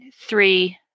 three